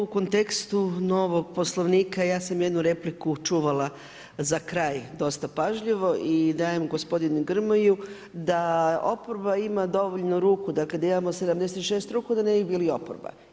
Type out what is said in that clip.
U kontekstu novog Poslovnika ja sam jednu repliku čuvala za kraj dosta pažljivo i dajem gospodinu Grmoji da oporba ima dovoljno ruku, dakle, da imamo 76 ruku da ne bi bili oporba.